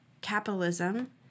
capitalism